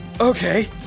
okay